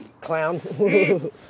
Clown